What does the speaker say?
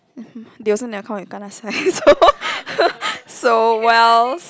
they also never come up with kanasai so well